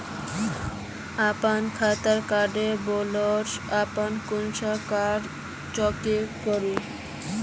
अपना खाता डार बैलेंस अपने कुंसम करे चेक करूम?